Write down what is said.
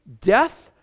death